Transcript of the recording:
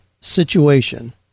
situation